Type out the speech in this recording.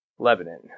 Lebanon